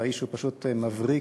האיש הוא פשוט מבריק,